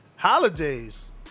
holidays